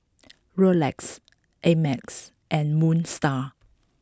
Rolex Ameltz and Moon Star